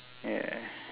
yeah